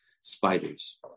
spiders